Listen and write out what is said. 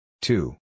Two